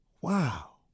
Wow